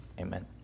Amen